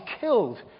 killed